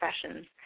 professions